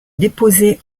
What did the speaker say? déposées